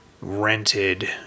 rented